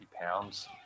pounds